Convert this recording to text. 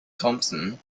thompson